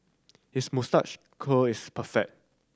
his moustache curl is perfect